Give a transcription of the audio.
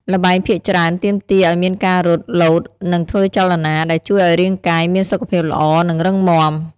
ល្បែងភាគច្រើនទាមទារឱ្យមានការរត់ លោត និងធ្វើចលនា ដែលជួយឱ្យរាងកាយមានសុខភាពល្អ និងរឹងមាំ ។